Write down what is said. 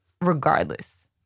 regardless